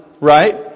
right